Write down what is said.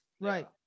Right